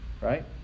Right